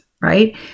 right